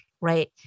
right